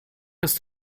ist